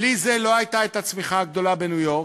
בלי זה לא הייתה הצמיחה הגדולה בניו-יורק,